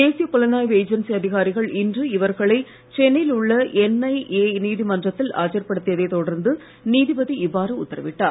தேசிய புலனாய்வு ஏஜென்சி அதிகாரிகள் இன்று இவர்களை சென்னையில் உள்ள என்ஐஏ நீதிமன்றத்தில் ஆஜர்படுத்தியதை தொடர்ந்து நீதிபதி இவ்வாறு உத்தரவிட்டார்